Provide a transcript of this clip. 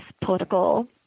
political